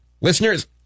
Listeners